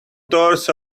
doors